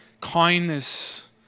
kindness